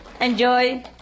Enjoy